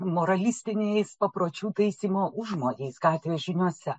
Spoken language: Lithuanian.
moralistiniais papročių taisymo užmojais gatvės žiniose